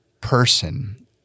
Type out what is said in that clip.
person